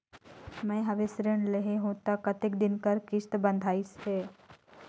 मैं हवे ऋण लेहे हों त कतेक दिन कर किस्त बंधाइस हे?